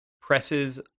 presses